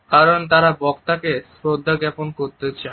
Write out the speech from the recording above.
কারণ তারা বক্তাকে শ্রদ্ধা জ্ঞাপন করতে চায়